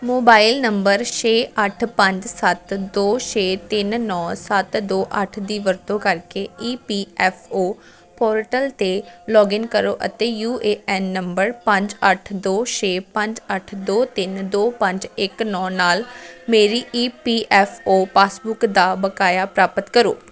mobile number ਛੇ ਅੱਠ ਪੰਜ ਸੱਤ ਦੋ ਛੇ ਤਿੰਨ ਨੌਂ ਸੱਤ ਦੋ ਅੱਠ ਦੀ ਵਰਤੋਂ ਕਰਕੇ E P F O portal 'ਤੇ ਲੌਗਇਨ ਕਰੋ ਅਤੇ ਯੂ ਏ ਐਨ ਨੰਬਰ ਪੰਜ ਅੱਠ ਦੋ ਛੇ ਪੰਜ ਅੱਠ ਦੋ ਤਿੰਨ ਦੋ ਪੰਜ ਇੱਕ ਨੌਂ ਨਾਲ ਮੇਰੀ E P F O passbook ਦਾ ਬਕਾਇਆ ਪ੍ਰਾਪਤ ਕਰੋ